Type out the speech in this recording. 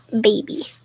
baby